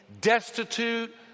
Destitute